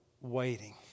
waiting